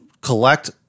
collect